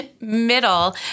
middle